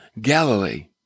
Galilee